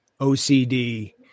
ocd